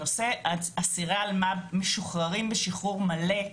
שנושא אסירי אלמ"ב משוחררים בשחרור מלא,